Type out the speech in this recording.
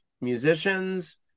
musicians